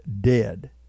dead